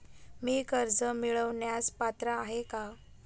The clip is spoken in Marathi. मी कर्ज मिळवण्यास पात्र आहे का?